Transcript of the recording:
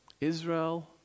Israel